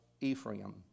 Ephraim